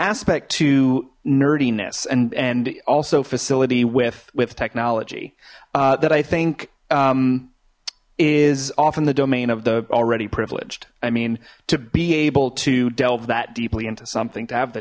aspect to nerdiness and and also facility with with technology that i think is often the domain of the already privileged i mean to be able to delve that deeply into something to have the